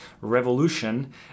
revolution